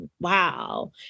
wow